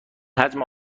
حجم